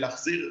כצעקתה.